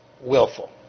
willful